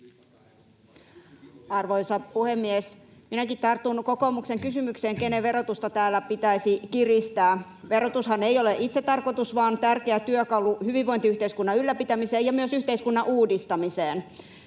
Arvoisa puhemies! Minäkin tartun kokoomuksen kysymykseen, kenen verotusta täällä pitäisi kiristää. Verotushan ei ole itsetarkoitus, vaan tärkeä työkalu hyvinvointiyhteiskunnan ylläpitämiseen ja myös yhteiskunnan uudistamiseen.